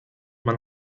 man